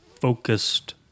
focused